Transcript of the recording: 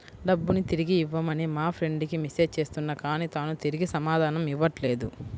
డబ్బుని తిరిగివ్వమని మా ఫ్రెండ్ కి మెసేజ్ చేస్తున్నా కానీ తాను తిరిగి సమాధానం ఇవ్వట్లేదు